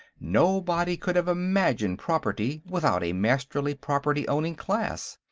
nobody could have imagined property without a masterly property-owning class.